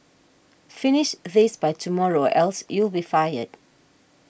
finish this by tomorrow else you'll be fired